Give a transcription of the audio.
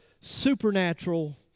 supernatural